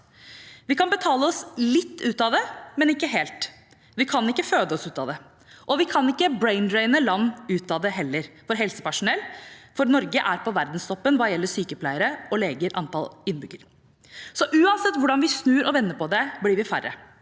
Vi kan betale oss litt ut av det, men ikke helt. Vi kan ikke føde oss ut av det. Vi kan heller ikke bedrive «brain drain» av land for helsepersonell, for Norge er på verdenstoppen hva gjelder sykepleiere og leger per antall innbyggere. Uansett hvordan vi snur og vender på det, blir vi færre.